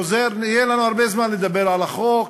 יהיה לנו הרבה זמן לדבר על החוק,